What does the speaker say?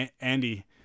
Andy